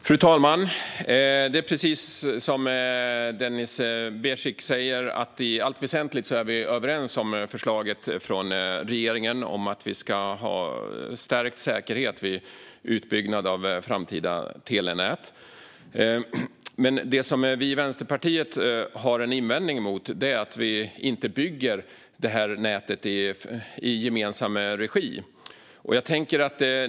Fru talman! Precis som Denis Begic säger är vi i allt väsentligt överens om förslaget från regeringen om att vi ska ha en stärkt säkerhet vid utbyggnaden av framtida telenät. Det vi i Vänsterpartiet har en invändning mot är att vi inte bygger nätet i gemensam regi.